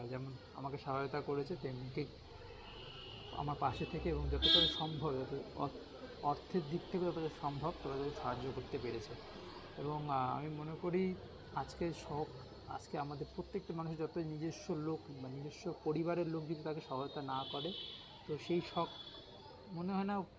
যেমন আমাকে সহায়তা করেছে তেমনি ঠিক আমার পাশে থেকেও যতটা সম্ভব অর্থের দিক থেকে যতটা সম্ভব তত দূর সাহায্য করতে পেরেছে এবং আমি মনে করি আজকে শখ আজকে আমাদের প্রত্যেকটি মানুষ যতই নিজস্ব লোক বা নিজস্ব পরিবারের লোক যদি তাকে সহায়তা না করে তো সেই শখ মনে হয় না